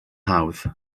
hawdd